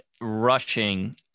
rushing